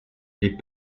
les